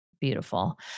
beautiful